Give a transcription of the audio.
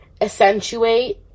accentuate